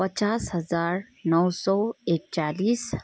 पचास हजार नौ सौ एकचालीस